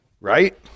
Right